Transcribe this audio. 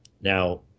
Now